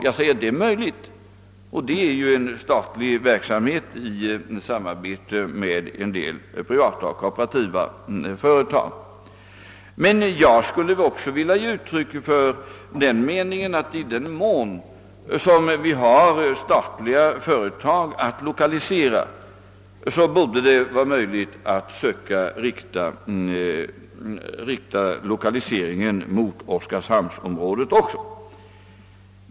Här är det fråga om en statlig verksamhet i samarbete med en del privata och kooperativa företag. Jag skulle vilja ge uttryck för den meningen att i den mån vi har statliga företag att lokalisera, bör det vara möjligt att söka rikta lokaliseringen också mot oskarshamnsområdet.